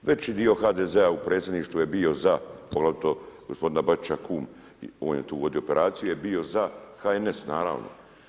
Veći dio HDZ-a u predsjedništvu je bio za, poglavito gospodina Bačića kum, on je vodio operaciju, on je tu bio za HNS, naravno.